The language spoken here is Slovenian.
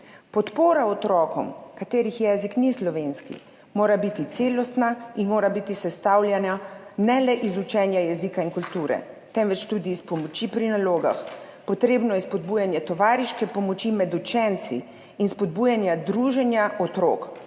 Podpora otrokom, katerih jezik ni slovenski, mora biti celostna in mora biti sestavljena ne le iz učenja jezika in kulture, temveč tudi iz pomoči pri nalogah. Potrebno je spodbujanje tovariške pomoči med učenci in spodbujanja druženja otrok,